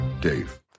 Dave